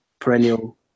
perennial